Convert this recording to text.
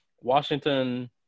Washington